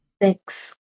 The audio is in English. Thanks